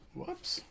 Whoops